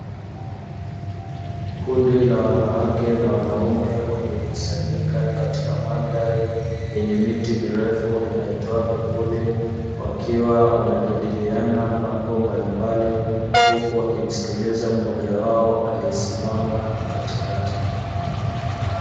Kundi la wanawake na wanaume waliokusanyika katika mandhari yenye miti mirefu inayotoa vivuli, wakiwa wanajadiliana mambo mbalimbali huku wakimsikiliza mmoja wao aliyesimama katikati.